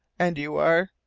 and you are?